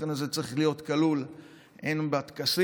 התוכן הזה צריך להיות כלול הן בטקסים,